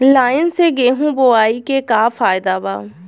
Line से गेहूं बोआई के का फायदा बा?